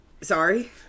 Sorry